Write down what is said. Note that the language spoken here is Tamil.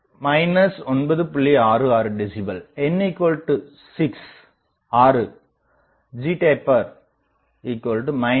66 டெசிபல் n6 ஜிடேப்பர் 9